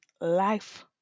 life